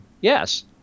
yes